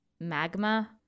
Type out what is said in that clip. magma